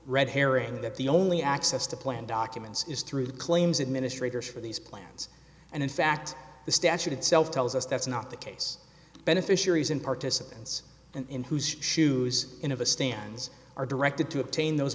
red herring that the only access to plan documents is through the claims administrators for these plans and in fact the statute itself tells us that's not the case beneficiaries and participants in who's shoes in of a stands are directed to obtain those